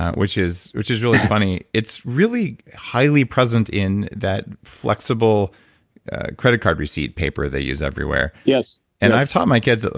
which is which is really funny it's really highly present in that flexible credit card receipt paper they use everywhere yes, yes and i've taught my kids,